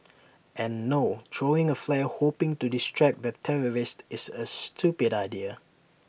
and no throwing A flare hoping to distract the terrorist is A stupid idea